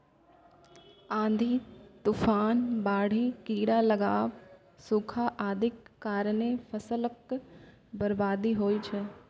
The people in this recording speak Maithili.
आंधी, तूफान, बाढ़ि, कीड़ा लागब, सूखा आदिक कारणें फसलक बर्बादी होइ छै